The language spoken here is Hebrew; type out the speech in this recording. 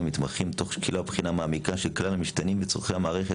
והמתמחים תוך שקילה ובחינה מעמיקה של כלל המשתנים וצורכי המערכת,